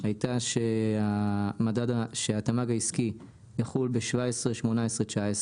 הייתה שהתמ"ג העסקי יחול ב-2017/18/19,